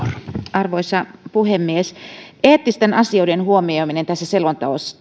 arvoisa puhemies eettisten asioiden huomioiminen tässä selonteossa